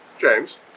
James